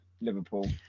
Liverpool